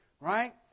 right